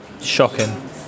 shocking